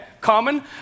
common